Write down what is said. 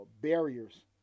barriers